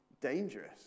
dangerous